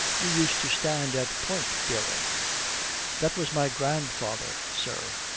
you used to stand at point, dering that was my grandfather, sir.